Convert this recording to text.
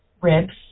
ribs